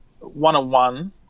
one-on-one